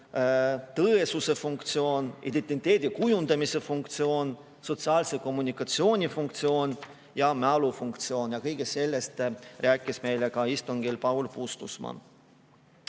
tõesuse funktsioon, identiteedi kujundamise funktsioon, sotsiaalse kommunikatsiooni funktsioon ja mälufunktsioon. Kõigest sellest rääkis meile ka istungil Paul Puustusmaa.